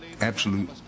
absolute